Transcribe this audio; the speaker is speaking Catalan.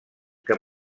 que